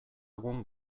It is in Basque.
egun